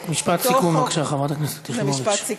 רק משפט סיכום, בבקשה, חברת הכנסת יחימוביץ.